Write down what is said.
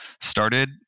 started